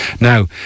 Now